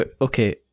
Okay